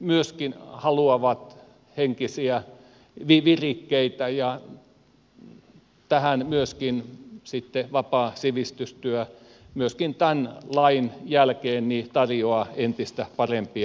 myöskin haluaa henkisiä virikkeitä ja tähänkin vapaa sivistystyö myöskin tämän lain jälkeen tarjoaa entistä parempia mahdollisuuksia